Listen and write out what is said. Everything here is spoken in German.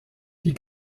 die